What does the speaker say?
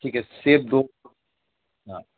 ٹھیک ہے سیب دو ہاں